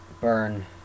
burn